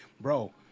Bro